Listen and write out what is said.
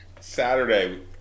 Saturday